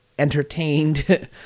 entertained